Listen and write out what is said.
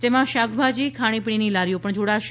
આમાં શાકભાજી ખાણીપીણીની લારીઓ પણ જોડાશે